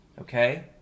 okay